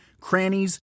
crannies